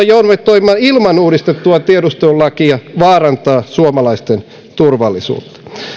joudumme toimimaan ilman uudistettua tiedustelulakia vaarantaa suomalaisten turvallisuutta